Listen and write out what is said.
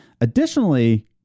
Additionally